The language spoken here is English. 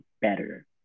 better